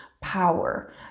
power